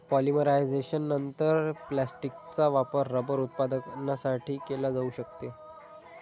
पॉलिमरायझेशननंतर, फॅक्टिसचा वापर रबर उत्पादनासाठी केला जाऊ शकतो